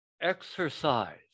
exercise